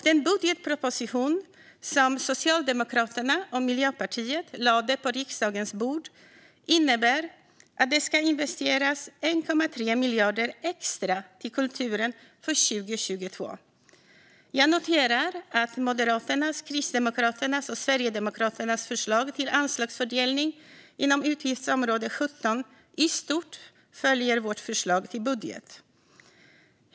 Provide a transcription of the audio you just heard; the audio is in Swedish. Den budgetproposition som Socialdemokraterna och Miljöpartiet lade på riksdagens bord innebär att det ska investeras 1,3 miljarder extra till kulturen för 2022. Jag noterar att Moderaternas, Kristdemokraternas och Sverigedemokraternas förslag till anslagsfördelning inom utgiftsområde 17 i stort följer vårt förslag till budget.